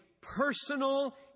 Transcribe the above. personal